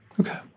Okay